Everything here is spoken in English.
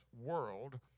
world